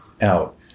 out